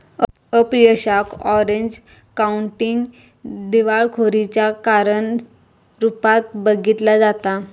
अपयशाक Orange County दिवाळखोरीच्या कारण रूपात बघितला जाता